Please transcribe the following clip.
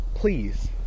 Please